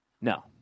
No